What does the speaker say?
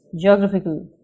geographical